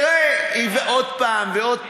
תראה, עוד פעם ועוד פעם,